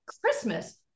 Christmas